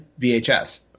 vhs